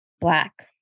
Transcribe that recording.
black